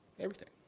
everything.